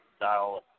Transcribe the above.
Dial